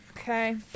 Okay